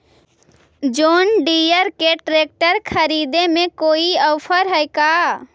जोन Deere के tractor खरिदे में कोई औफर है का?